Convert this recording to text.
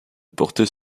porter